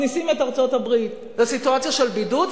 מכניסים את ארצות-הברית לסיטואציה של בידוד,